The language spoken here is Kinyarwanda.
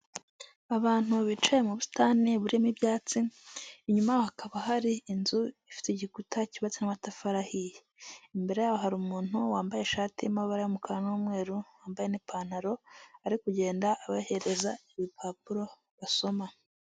Abantu bicaye mu busitani burimo ibyatsi, inyuma hakaba hari inzu ifite igikuta cyubatse n'amatafari ahiye, imbere ya hari umuntu wambaye ishati y'amabara y'umukara n'umweru wambaye n'ipantaro ari kugenda abahereza ibipapuro basoma.